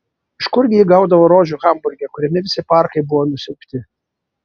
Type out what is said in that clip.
iš kurgi ji gaudavo rožių hamburge kuriame visi parkai buvo nusiaubti